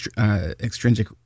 extrinsic